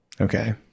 okay